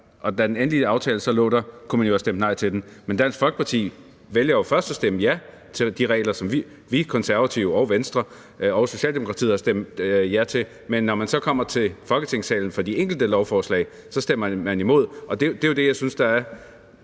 Og da den endelige aftale så lå der, kunne man jo have stemt nej til den. Men Dansk Folkeparti vælger jo først at stemme ja til de regler, som vi Konservative og Venstre og Socialdemokratiet har stemt ja til. Men når man så kommer til Folketingssalen og de enkelte lovforslag, stemmer man imod. Og det er bare en underlig